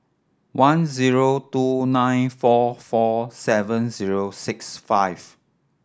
one zero two nine four four seven zero six five